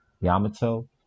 Yamato